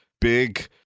big